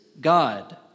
God